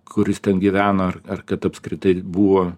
kuris ten gyvena ar ar kad apskritai buvo